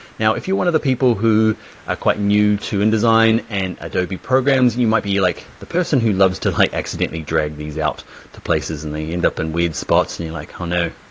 now if you're one of the people who are quite new to indesign and adobe programs, you might be like the person who loves to like accidentally drag these out to places and they end up in weird spots and you like ah no,